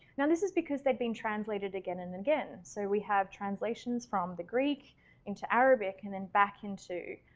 now this is because they've been translated again and again. so we have translations from the greek into arabic and then back into,